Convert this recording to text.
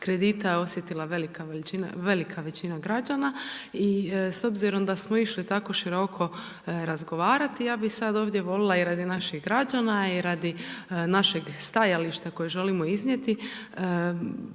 kredita osjetila velika većina građana i s obzirom da smo išli tako široko razgovarati, ja bi sad ovdje volila i radi naših građana i radi našeg stajališta kojeg želimo iznijeti